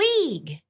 League